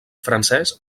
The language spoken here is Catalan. francès